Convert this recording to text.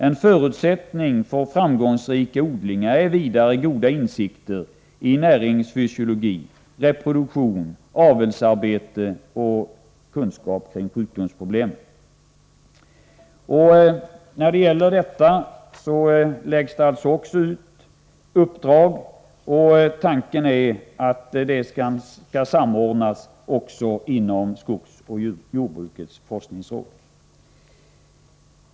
En förutsättning för framgångsrika odlingar är vidare goda insikter i näringsfysiologi, reproduktion, avelsarbete och kunskap kring sjukdomsproblem. Också när det gäller detta läggs det ut uppdrag. Tanken är att de skall samordnas även inom skogsoch jordbrukets forskningsråd.